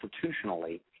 constitutionally